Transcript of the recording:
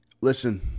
listen